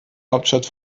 hauptstadt